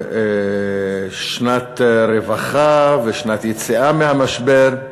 שנת רווחה ושנת יציאה מהמשבר,